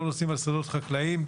לא נוסעים על שדות חקלאיים,